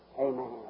Amen